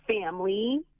family